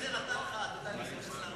אם זה נתן לך להיכנס לנתיב,